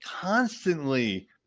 constantly